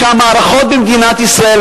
שהמערכות במדינת ישראל,